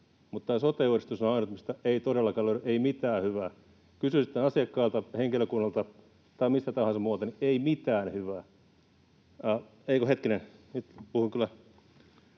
sote-uudistus on ainut, mistä ei todellakaan löydy mitään hyvää. Kysyy sitä asiakkailta, henkilökunnalta tai mistä tahansa muualta, niin ei mitään hyvää.